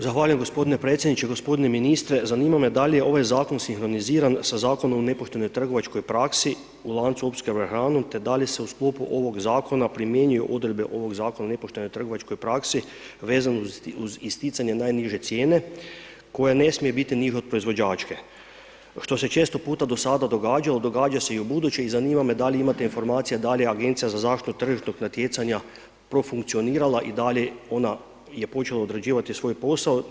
Zahvaljujem g. predsjedniče. g. ministre, zanima me da li je ovaj Zakon sinkroniziran sa Zakonom o nepoštenoj trgovačkoj praksi u lancu opskrbe hranom, te da li se u sklopu ovog Zakona primjenjuju odredbe ovog Zakona o nepoštenoj trgovačkoj praksi vezano uz isticanje najniže cijene koja ne smije biti niža od proizvođačke, što se često puta do sada događalo, događa se i u buduće i zanima me da li imate informacije da li Agencija za zaštitu tržišnog natjecanja profunkcionirala i da li ona je počela odrađivati svoj posao.